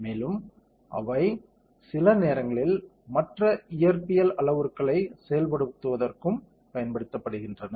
மேலும் அவை சில நேரங்களில் மற்ற இயற்பியல் அளவுருக்களை செயல்படுத்துவதற்கும் பயன்படுத்தப்படுகின்றன